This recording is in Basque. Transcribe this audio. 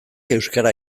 euskara